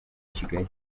kigali